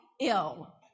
ill